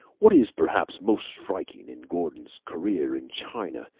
what is perhaps most striking in gordon's career in china,